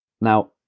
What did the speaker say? Now